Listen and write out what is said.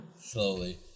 Slowly